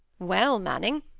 well, manning,